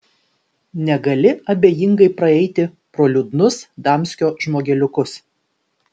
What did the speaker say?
negali abejingai praeiti pro liūdnus damskio žmogeliukus